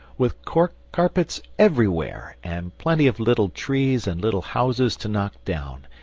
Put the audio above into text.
with cork carpets everywhere, and plenty of little trees and little houses to knock down,